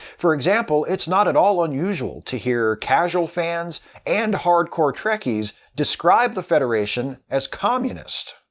for example, it's not at all unusual to hear casual fans and hardcore trekkies describe the federation as communist.